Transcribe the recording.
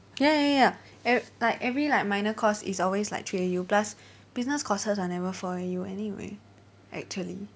ya ya ya ev~ like every like minor course is always like three A_U plus business courses are never four A_U anyway actually